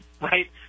right